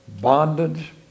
bondage